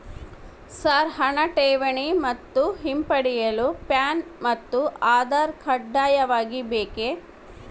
Sir ಹಣ ಠೇವಣಿ ಮತ್ತು ಹಿಂಪಡೆಯಲು ಪ್ಯಾನ್ ಮತ್ತು ಆಧಾರ್ ಕಡ್ಡಾಯವಾಗಿ ಬೇಕೆ?